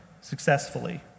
successfully